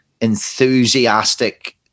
enthusiastic